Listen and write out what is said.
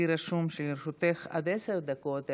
לי רשום שלרשותך עד עשר דקות,